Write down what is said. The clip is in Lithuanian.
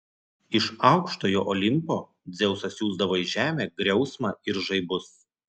iš aukštojo olimpo dzeusas siųsdavo į žemę griausmą ir žaibus